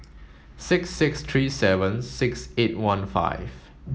six six three seven six eight one five